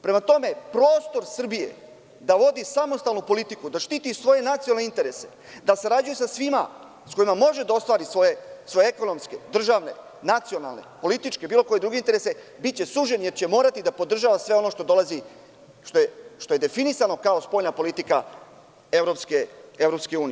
Prema tome, prostor Srbije da vodi samostalnu politiku, da štiti svoje nacionalne interese, da sarađuje sa svima sa kojima može da ostvari svoje ekonomske, državne, nacionalne, političke, bilo koje druge interese, biće sužen, jer će morati da podržava sve ono što dolazi, što je definisano kao spoljna politika EU.